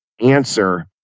answer